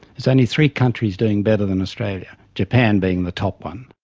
there's only three countries doing better than australia, japan being the top one.